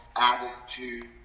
attitude